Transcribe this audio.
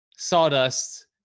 Sawdust